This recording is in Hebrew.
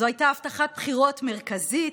זאת הייתה הבטחת בחירות מרכזית,